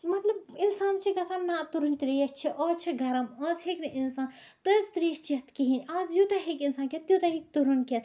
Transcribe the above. مطلب اِنسان چھُ گژھان نہ تُرُن تریش چھِ آز چھُ گرَم آز ہیٚکہِ نہٕ اِنسان تٔژ تریش چیٚتھ کِہیٖنۍ آز یوٗتاہ ہیٚکہِ اِنسان کھیٚتھ توٗتاہ ہیٚکہِ تُرُن کھیٚتھ